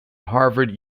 harvard